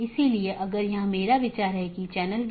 तो यह एक तरह की नीति प्रकारों में से हो सकता है